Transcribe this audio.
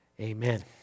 Amen